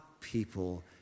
people